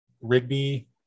rigby